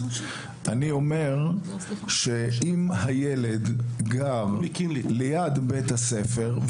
אני אומר שאם הילד גר ליד בית הספר,